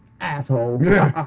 asshole